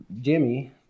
Jimmy